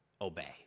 obey